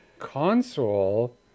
console